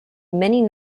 many